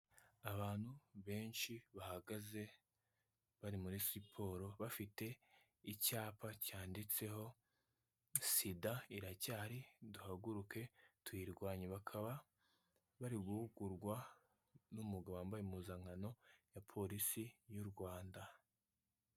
Abantu benshi bahagaze bari muri siporo bafite icyapa cyanditseho, SIDA iracyahari duhaguruke tuyirwanwanya, bakaba bari guhugurwa n'umugabo wambaye impuzangano ya polisi y'u Rwanda.